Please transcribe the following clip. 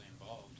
involved